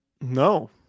No